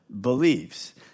beliefs